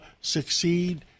succeed